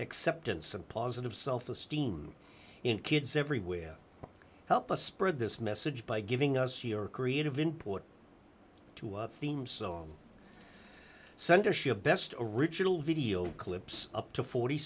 acceptance and positive self esteem in kids everywhere help us spread this message by giving us your creative input to our theme song censorship best original video clips up to forty